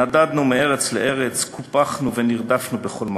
נדדנו מארץ לארץ, קופחנו ונרדפנו בכל מקום.